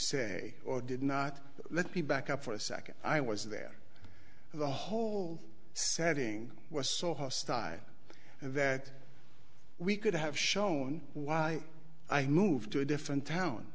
say or did not let me back up for a second i was there the whole setting was so hostile that we could have shown why i moved to a different town